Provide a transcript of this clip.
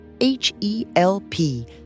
H-E-L-P